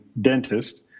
dentist